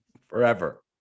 forever